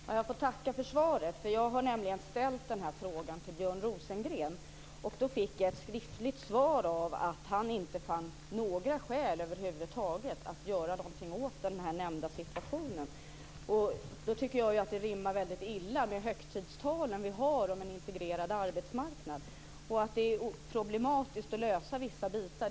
Fru talman! Tack för svaret. Jag har tidigare ställt den här frågan till Björn Rosengren. Jag fick då ett skriftligt svar som sade att Björn Rosengren inte fann några skäl över huvud taget att göra något åt situationen. Jag tycker att det rimmar illa med högtidstalen om en integrerad arbetsmarknad. Det är självklart att det är problematiskt att lösa vissa delar.